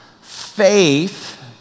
faith